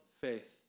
faith